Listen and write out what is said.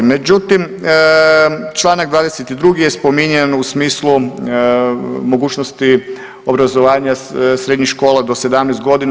Međutim, članak 22. je spominjan u smislu mogućnosti obrazovanja srednjih škola do 17 godina.